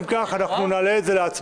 אם כך, אנחנו נעלה את זה להצבעה.